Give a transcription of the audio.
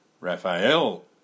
Raphael